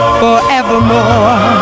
forevermore